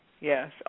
Yes